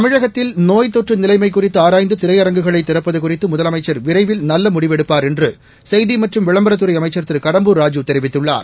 தமிழகத்தில் நோய் தொற்று நிலைமை குறித்து ஆராய்ந்து திரையரங்குகளை திறப்பது குறித்து முதலமைச்சர் விரைவில் நல்ல முடிவு எடுப்பார் என்று செய்தி மற்றம் விளம்பரத்துறை அமைச்சர் திரு கடம்பூர் ராஜு தெரிவித்துள்ளார்